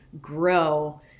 grow